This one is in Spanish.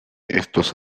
estos